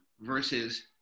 versus